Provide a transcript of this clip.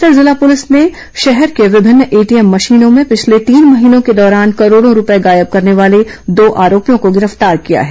बस्तर जिला पुलिस ने शहर के विभिन्न एटीएम मशीनों में पिछले तीन महीनों के दौरान करोड़ों रूपए गायब करने वाले दो आरोपियों को गिरफ्तार किया है